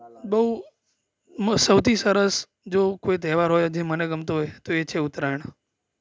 બહુ માં સૌથી સરસ જો કોઈ તહેવાર જે મને ગમતો હોય તો એ છે ઉત્તરાયણ